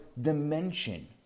dimension